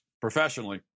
professionally